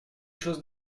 chose